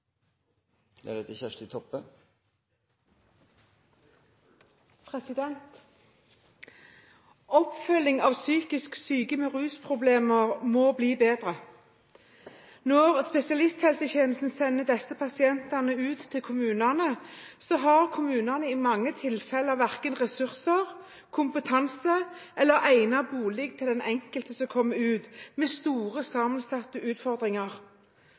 av psykisk syke med rusproblemer må bli bedre. Når spesialisthelsetjenesten sender disse pasientene ut til kommunene, har kommunene i mange tilfeller verken ressurser, kompetanse eller egnet bolig til den enkelte som kommer ut med store, sammensatte utfordringer.